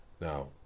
now